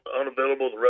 unavailable